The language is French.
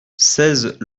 seize